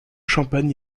champagne